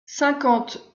cinquante